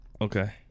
Okay